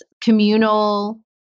communal